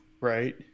right